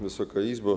Wysoka Izbo!